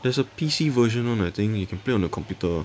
there's a P_C version [one] I think you can play on the computer